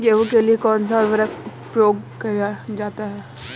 गेहूँ के लिए कौनसा उर्वरक प्रयोग किया जाता है?